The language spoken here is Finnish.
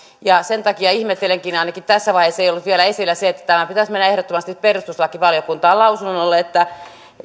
sen takia ihmettelenkin että ainakaan tässä vaiheessa ei vielä ole ollut esillä se että tämän pitäisi mennä ehdottomasti perustuslakivaliokuntaan lausunnolle